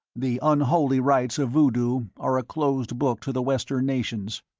the unholy rites of voodoo are a closed book to the western nations.